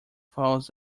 falls